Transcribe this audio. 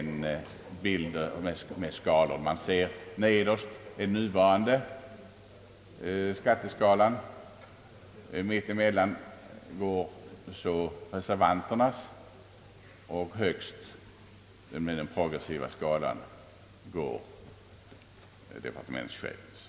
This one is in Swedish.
Nederst på bilderna ses den nuvarande skatteskalan, i mitten går reservanternas och högst går den progressiva skalan, dvs. departementschefens.